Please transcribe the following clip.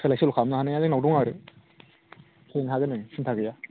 सोलाय सोल' खालामनो हानाया जोंनाव दङ आरो सोलायनो हागोन नों सिनथा गैया